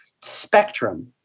spectrum